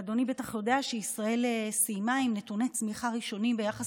אדוני בטח יודע שישראל סיימה עם נתוני צמיחה ראשונים ביחס